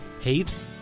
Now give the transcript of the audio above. hate